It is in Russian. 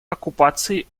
оккупации